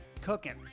cooking